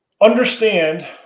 Understand